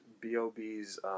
B.O.B.'s